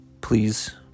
Please